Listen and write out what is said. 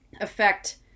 affect